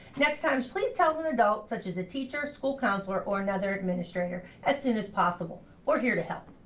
next time, please tell an adult, such as a teacher, school counselor, or another administrator as soon as possible. we're here to help.